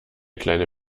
kleine